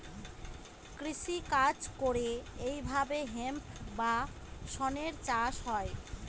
কৃষি কাজ করে এইভাবে হেম্প বা শনের চাষ হয়